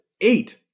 eight